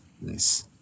Nice